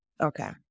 Okay